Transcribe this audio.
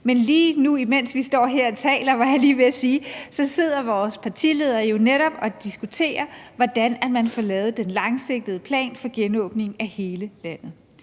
men lige nu, mens vi står her og taler – var jeg lige ved at sige – sidder vores partiledere jo netop og diskuterer, hvordan man får lavet den langsigtede plan for genåbning i hele landet.